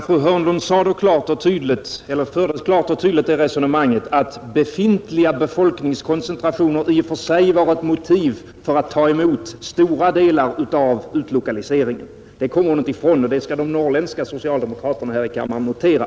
Fru talman! Fru Hörnlund förde klart och tydligt det resonemanget, att befintliga befolkningskoncentrationer i och för sig skulle vara ett motiv för att ta emot stora delar av utlokaliseringen; det kommer hon inte ifrån, och det bör de norrländska socialdemokraterna här i kammaren notera.